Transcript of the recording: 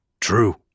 true